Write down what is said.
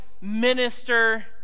minister